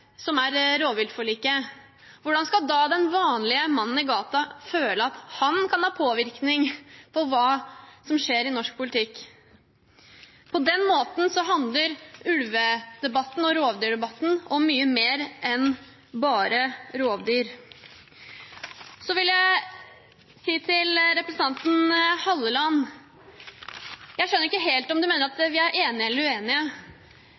rovviltforliket. Hvordan skal da den vanlige mannen i gata føle at han kan ha påvirkning på det som skjer i norsk politikk? På den måten handler ulvedebatten og rovdyrdebatten om mye mer enn bare rovdyr. Til representanten Halleland vil jeg si at jeg ikke helt skjønner om han mener at vi er enig eller